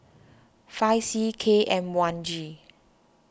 five C K M one G